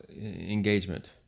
engagement